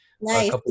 nice